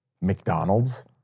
McDonald's